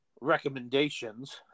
recommendations